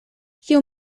kiu